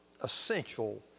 essential